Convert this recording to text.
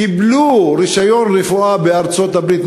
קיבלו רישיון רפואה בארצות-הברית,